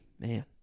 Man